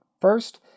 First